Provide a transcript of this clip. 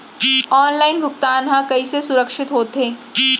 Online भुगतान हा कइसे सुरक्षित होथे?